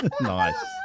nice